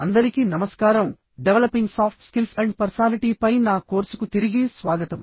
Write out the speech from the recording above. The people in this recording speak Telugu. అందరికీ నమస్కారం developing soft skills and personality పై నా కోర్సుకు తిరిగి స్వాగతం